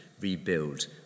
rebuild